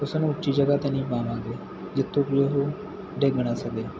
ਉਸ ਨੂੰ ਉੱਚੀ ਜਗ੍ਹਾ ਤੇ ਨਹੀਂ ਪਾਵਾਂਗੇ ਜਿੱਥੋਂ ਵੀ ਉਹ ਡੇਗ ਨਾ ਸਕੇ